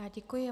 Děkuji.